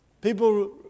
People